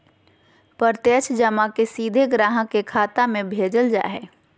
प्रत्यक्ष जमा के सीधे ग्राहक के खाता में भेजल जा हइ